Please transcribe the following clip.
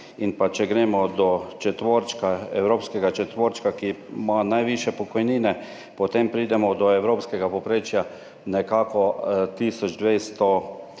naprej do evropskega četvorčka, ki ima najvišje pokojnine, potem pridemo do evropskega povprečja nekako od